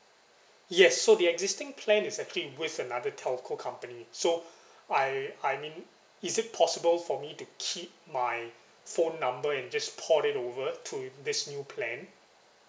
yes so the existing plan is actually with another telco company so I I mean is it possible for me to keep my phone number and just port it over to this new plan